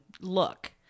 look